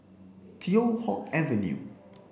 Teow Hock Avenue